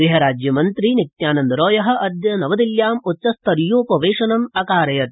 गृहराज्यमन्त्री नित्यानन्दरॉय अद्य नवदिल्ल्याम् उच्चस्तरीयोपवेशनम् अकारयत्